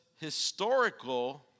historical